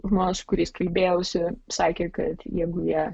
žmonės su kuriais kalbėjausi sakė kad jeigu jie